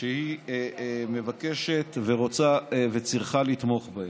שהיא מבקשת ורוצה וצריכה לתמוך בהם.